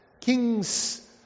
Kings